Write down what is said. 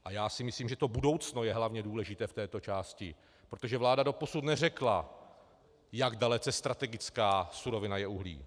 A já si myslím, že to budoucno je hlavně důležité v této části, protože vláda doposud neřekla, jak dalece strategická surovina je uhlí.